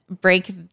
break